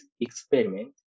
experiment